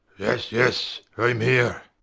yes, yes. i'm here.